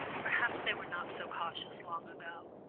perhaps they were not so cautious long ago.